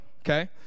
okay